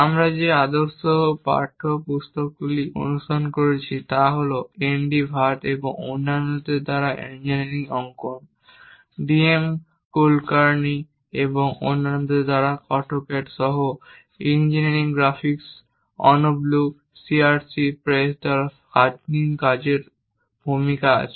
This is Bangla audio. আমরা যে আদর্শ পাঠ্যপুস্তকগুলি অনুসরণ করেছি তা হল ND Bhatt N D Bhatt এবং অন্যান্যদের দ্বারা ইঞ্জিনিয়ারিং অঙ্কন DM Kulkarni D M Kulkarni এবং অন্যান্যদের দ্বারা অটোক্যাড সহ ইঞ্জিনিয়ারিং গ্রাফিক্স অনঅব্লু সিআরসি প্রেস দ্বারা কঠিন কাজের ভূমিকা আছে